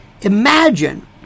imagine